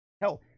Hell